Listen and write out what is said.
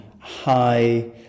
high